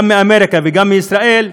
גם באמריקה וגם בישראל,